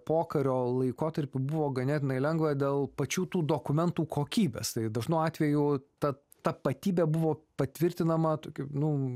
pokario laikotarpiu buvo ganėtinai lengva dėl pačių tų dokumentų kokybės tai dažnu atveju ta tapatybė buvo patvirtinama tokiu nu